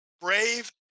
brave